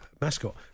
mascot